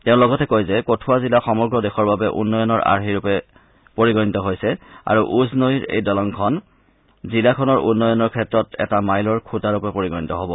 তেওঁ লগতে কয় যে কঠৱা জিলা সমগ্ৰ দেশৰ বাবে উন্নয়নৰ আৰ্হি ৰূপে পৰিগণিত হৈছে আৰু উঝ নৈৰ এই দলংখন জিলাখনৰ উন্নয়নৰ ক্ষেত্ৰত এটা মাইলৰ খুঁটা ৰূপে পৰিগণিত হ'ব